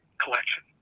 collection